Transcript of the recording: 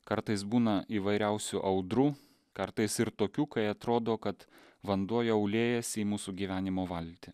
kartais būna įvairiausių audrų kartais ir tokių kai atrodo kad vanduo jau liejasi į mūsų gyvenimo valtį